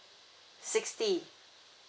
sixty